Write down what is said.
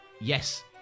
yes